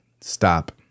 stop